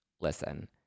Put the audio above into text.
listen